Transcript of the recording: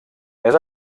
més